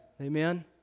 Amen